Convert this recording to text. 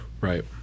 right